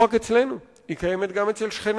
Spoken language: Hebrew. צריכים לסגל לעצמנו היא תמונה חדשה.